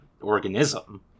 organism